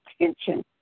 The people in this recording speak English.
attention